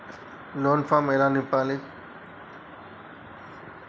Loan form ఎలా నింపాలి?